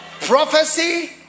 prophecy